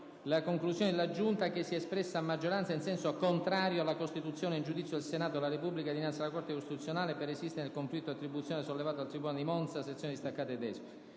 le conclusioni della Giunta che si è espressa a maggioranza in senso contrario alla costituzione in giudizio del Senato della Repubblica dinanzi alla Corte costituzionale per resistere nel conflitto di attribuzione sollevato dal tribunale di Monza, sezione distaccata di Desio.